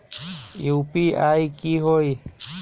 UPI की होई?